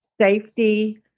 safety